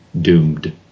doomed